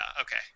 okay